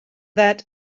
that